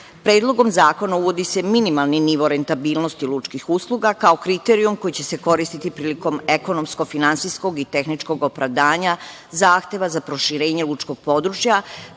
koncesije. Predlogom zakona uvodi se minimalni nivo rentabilnosti lučkih usluga, kao kriterijum koji će se koristiti prilikom ekonomsko – financijskog i tehničkog opravdanja zahteva za proširenje lučkog područja,